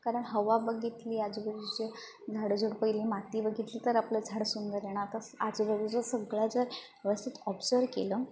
कारण हवा बघितली आजूबाजूची झाडं झुडपं बघितली माती बघितली तर आपलं झाड सुंदर येणार तसं आजूबाजूचं सगळं जर व्यवस्थित ऑबजर्व केलं